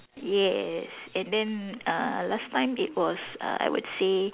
yes and then uh last time it was uh I would say